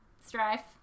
strife